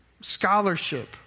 scholarship